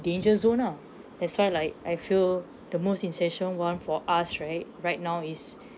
danger zone ah that's why like I feel the most essential one for us right right now is